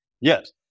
Yes